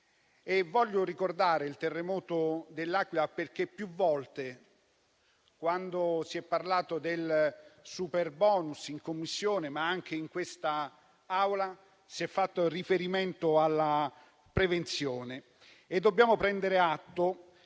Desidero ricordare il terremoto dell'Aquila perché più volte, quando si è parlato del superbonus in Commissione, ma anche in quest'Aula, si è fatto riferimento alla prevenzione. Dobbiamo prendere atto